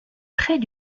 traits